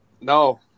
No